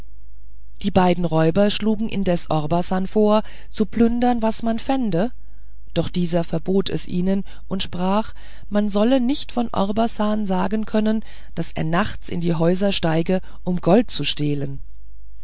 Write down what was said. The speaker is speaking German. die beiden räuber schlugen indes orbasan vor zu plündern was man fände doch dieser verbot es ihnen und sprach man solle nicht von orbasan sagen können daß er nachts in die häuser steige um gold zu stehlen